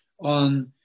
on